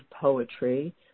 poetry